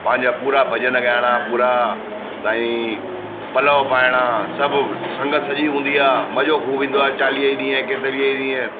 पंहिंजा पूरा भॼन ॻाइणा पूरा साईं पलउ पाइणा सभु संगत सॼी हूंदी आहे मज़ो ख़ूबु ईंदो आहे चालीह ई ॾींहं केतिरे ई ॾींहं